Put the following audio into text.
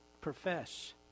profess